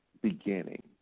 beginning